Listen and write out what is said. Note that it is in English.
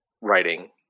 writing